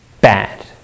bad